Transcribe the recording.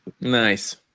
nice